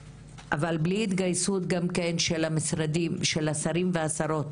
אבל בלי ההתגייסות הנחוצה גם כן ממשרדי הממשלה השונים ושל השרים והשרות